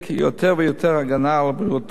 יותר ויותר הגנה על בריאותו